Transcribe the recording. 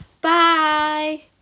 bye